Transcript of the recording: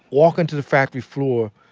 walk onto the factory floor,